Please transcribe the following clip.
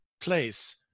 place